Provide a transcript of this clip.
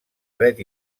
dret